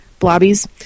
blobbies